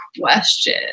question